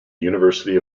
university